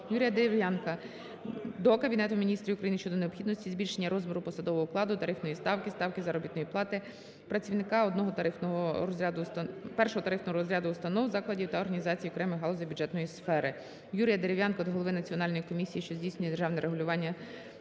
Юрія Дерев'янка до Кабінету Міністрів України щодо необхідності збільшення розміру посадового окладу (тарифної cтавки, ставки заробітної плати) працівника 1 тарифного розряду установ, закладів та організацій окремих галузей бюджетної сфери. Юрія Дерев'янка до Голови Національної комісії, що здійснює державне регулювання у